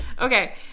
okay